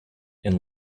and